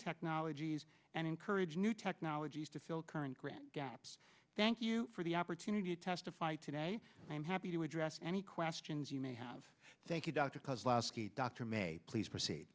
technologies and encourage new technologies to fill current grant gaps thank you for the opportunity to testify today i am happy to address any questions you may have thank you dr cause lasky dr may please p